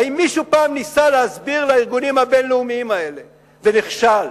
האם מישהו פעם ניסה להסביר לארגונים הבין-לאומיים האלה ונכשל?